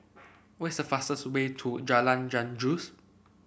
what is the fastest way to Jalan Janggus